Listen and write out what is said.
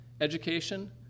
education